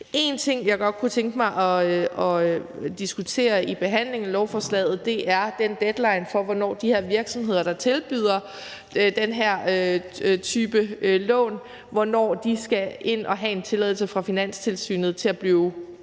En ting, jeg godt kunne tænke mig at diskutere i behandlingen af lovforslaget, er den deadline for, hvornår de virksomheder, der tilbyder den her type lån, skal ind og have en tilladelse fra Finanstilsynet til at blive omfattet